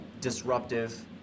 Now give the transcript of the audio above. Disruptive